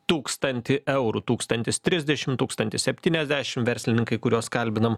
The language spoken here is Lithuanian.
tūkstantį eurų tūkstantis trisdešimt tūkstantis septyniasdešimt verslininkai kuriuos kalbinom